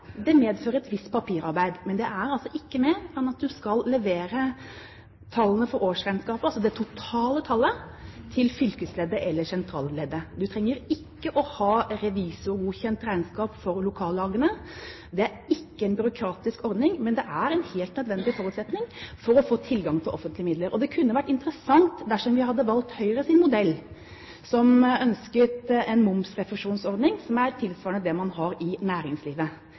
det medfører et visst papirarbeid. Men det er ikke mer enn at du skal levere tallene for årsregnskapet, altså det totale tallet, til fylkesleddet eller sentralleddet. Du trenger ikke å ha revisorgodkjent regnskap for lokallagene. Det er ikke en byråkratisk ordning, men det er en helt nødvendig forutsetning for å få tilgang til offentlige midler. Det kunne vært interessant å se resultatet dersom vi hadde valgt Høyres modell, som ønsket en momsrefusjonsordning som er tilsvarende det man har i næringslivet.